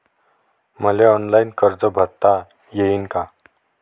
मले ऑनलाईन कर्ज भरता येईन का?